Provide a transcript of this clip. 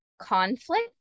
conflict